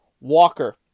Walker